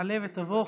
תעלה ותבוא,